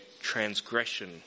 transgression